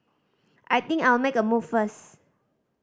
I think I'll make a move first